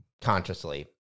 consciously